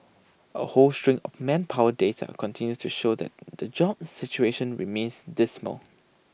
A whole string of manpower data continues to show that the jobs situation remains dismal